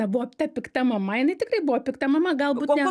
buvo ta pikta mama jinai tiktai buvo pikta mama galbūt ne